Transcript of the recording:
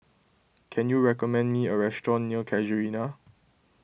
can you recommend me a restaurant near Casuarina